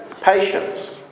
Patience